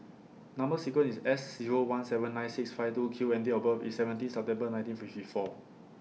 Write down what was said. Number sequence IS S Zero one seven nine six five two Q and Date of birth IS seventeen September nineteen fifty four